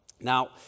Now